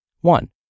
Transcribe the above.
One